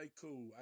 cool